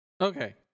Okay